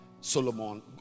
Solomon